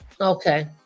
okay